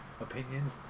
opinions